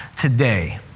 today